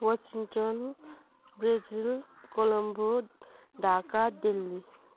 Washington Brazil Colombo Dhaka Delhi